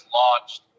launched